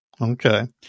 Okay